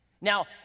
Now